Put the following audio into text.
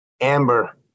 Amber